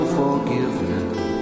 forgiveness